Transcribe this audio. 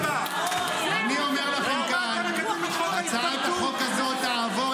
------ אני אומר לכם כאן: הצעת החוק הזאת תעבור